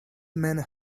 men